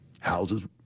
houses